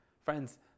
friends